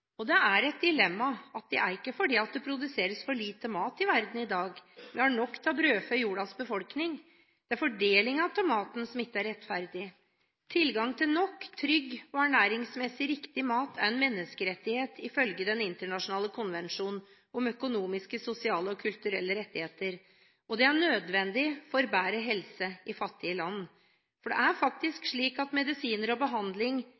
Det er et dilemma at det er ikke fordi det produseres for lite mat i verden i dag. Vi har nok til å brødfø jordas befolkning. Det er fordelingen av maten som ikke er rettferdig. Tilgang til nok, trygg og ernæringsmessig riktig mat er en menneskerettighet, ifølge den internasjonale konvensjonen om økonomiske, sosiale og kulturelle rettigheter. Det er nødvendig for bedre helse i fattige land. For det er faktisk slik at medisiner og behandling